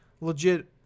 legit